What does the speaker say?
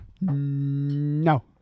no